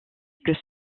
que